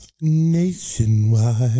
Nationwide